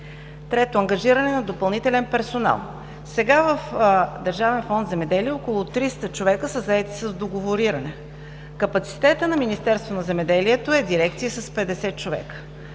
Трето, ангажиране на допълнителен персонал. Сега в Държавен фонд „Земеделие“ около 300 човека са заети с договориране. Капацитетът на Министерството на земеделието, храните и горите